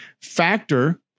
Factor